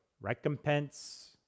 recompense